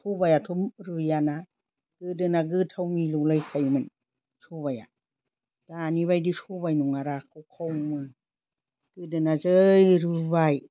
सबाइआथ' रुयाना गोदोना गोथाव मिलौलायखायोमोन सबाइआ दानि बायदि सबाइ नङा राखाव खावनो गोदोना जै रुबाय